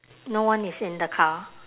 no one is in the car